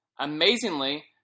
Amazingly